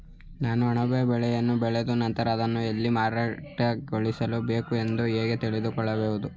ನಾನು ಅಣಬೆ ಬೆಳೆಯನ್ನು ಬೆಳೆದ ನಂತರ ಅದನ್ನು ಎಲ್ಲಿ ಮಾರುಕಟ್ಟೆಗೊಳಿಸಬೇಕು ಎಂದು ಹೇಗೆ ತಿಳಿದುಕೊಳ್ಳುವುದು?